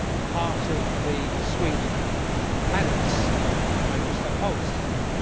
part of the suite the planets by gustav holst,